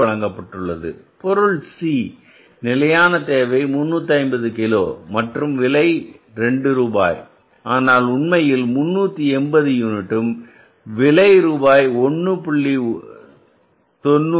8 வழங்கப்பட்டுள்ளது பொருள் C நிலையான தேவை 350 கிலோ மற்றும் விலை 2 ரூபாய் ஆனால் உண்மையில் 380 யூனிட்டும் விலை ரூபாய் 1